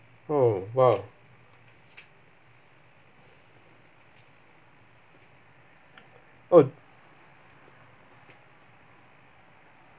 oh !wow! oh